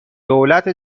دولت